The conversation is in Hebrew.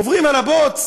עוברים על הבוץ,